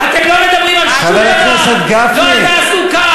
חבר הכנסת גפני.